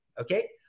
okay